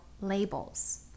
labels